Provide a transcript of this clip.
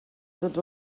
tots